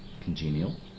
congenial